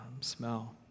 smell